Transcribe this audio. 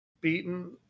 beaten